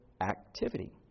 activity